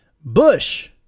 Bush